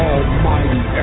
Almighty